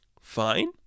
fine